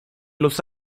los